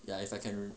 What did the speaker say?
ya if I can